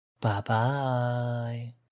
Bye-bye